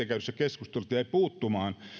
käydystä keskustelusta jäi puuttumaan